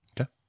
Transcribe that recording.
Okay